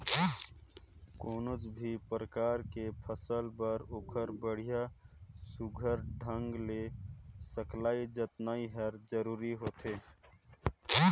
कोनो भी परकार के फसल बर ओखर बड़िया सुग्घर ढंग ले सकलई जतनई हर जरूरी होथे